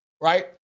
right